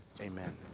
Amen